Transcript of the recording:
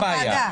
אין בעיה.